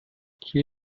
hier